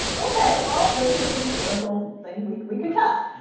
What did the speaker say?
ok, well this is an empirical thing we we can test.